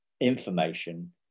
information